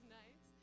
nice